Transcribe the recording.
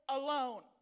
alone